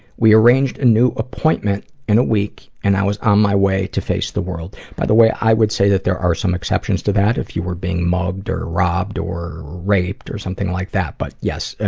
we arranged a new appointment in a week, and i was on my way to face the world. by the way, i would say that there are some exceptions to that, if you were being mugged, or robbed, or raped, or something like that but, yes,